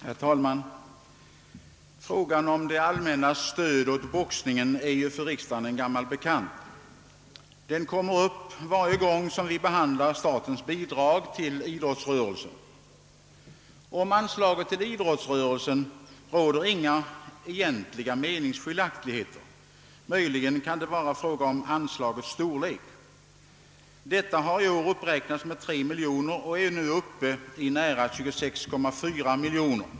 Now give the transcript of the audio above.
Herr talman! Frågan om det allmännas stöd åt boxningen är en gammal bekant för riksdagen. Den kommer upp varje gång vi behandlar statens bidrag till idrottsrörelsen. Om anslaget till idrotten råder det inga egentliga meningsskiljaktigheter utom möjligen beträffande beloppets storlek. I år har anslaget uppräknats med 3 miljoner och är nu uppe i nära 26,4 miljoner.